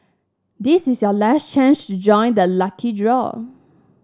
this is your last chance to join the lucky draw